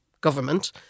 government